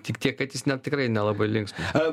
tik tiek kad jis ne tikrai nelabai linksmas